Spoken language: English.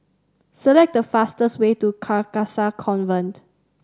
select the fastest way to Carcasa Convent